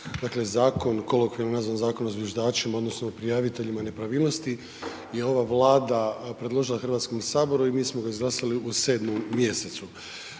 Dakle, zakon, kolokvijalno nazvan Zakon o zviždačima odnosno o prijaviteljima nepravilnosti je ova Vlada predložila HS i mi smo ga izglasali u 7 mjesecu.